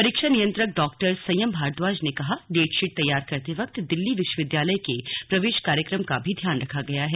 परीक्षा नियंत्रक डॉक्टर संयम भारद्वाज ने कहा डेटशीट तैयार करते वक्त दिल्ली विश्वविद्यालय के प्रवेश कार्यक्रम का भी ध्यान रखा गया है